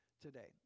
today